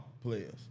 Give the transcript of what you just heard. players